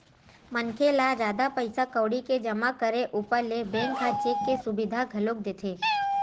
मनखे ल जादा पइसा कउड़ी के जमा करे ऊपर ले बेंक ह चेक के सुबिधा घलोक देथे